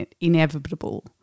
inevitable